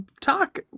talk